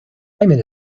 climate